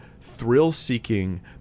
thrill-seeking